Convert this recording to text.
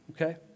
Okay